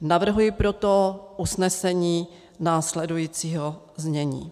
Navrhuji proto usnesení následujícího znění.